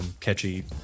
Catchy